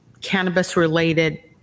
cannabis-related